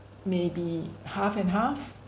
maybe half and half